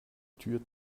tür